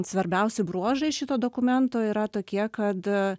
svarbiausi bruožai šito dokumento yra tokie kad